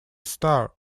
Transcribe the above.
star